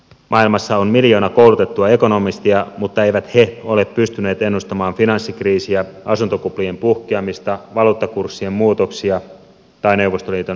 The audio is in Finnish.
maailmassa on miljoona koulutettua ekonomistia mutta eivät he ole pystyneet ennustamaan finanssikriisiä asuntokuplien puhkeamista valuuttakurssien muutoksia tai neuvostoliiton romahtamista